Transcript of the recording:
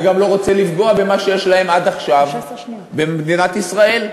אני גם לא רוצה לפגוע במה שיש להם עד עכשיו במדינת ישראל,